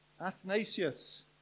Athanasius